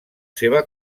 seva